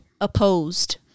opposed